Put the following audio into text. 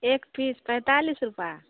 एक पीस पैंतालीस रुपये